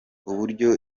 uburyo